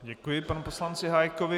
Děkuji panu poslanci Hájkovi.